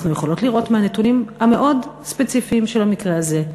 אנחנו יכולות לראות מהנתונים המאוד-ספציפיים של המקרה הזה,